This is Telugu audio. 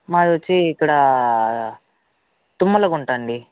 మాది వచ్చి ఇక్కడ తుమ్మలగుంట అండి